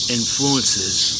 influences